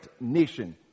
nation